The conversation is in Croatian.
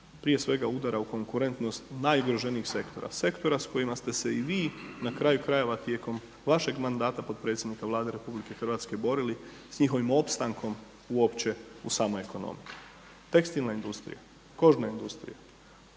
prije svega udara u konkurentnost najugroženijeg sektora, sektora s kojima ste se i vi na kraju krajeva tijekom vašeg mandata podpredsjednika Vlade RH borili, s njihovim opstankom uopće u samoj ekonomiji. Tekstilna industrija, kožna, drvna industrija